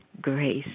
grace